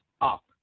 up